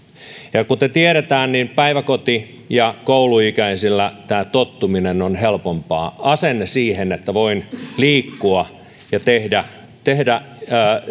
ja ja kuten tiedetään päiväkoti ja kouluikäisillä tottuminen on helpompaa asenne siihen että voin liikkua ja tehdä tehdä